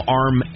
arm